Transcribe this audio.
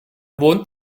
wohnt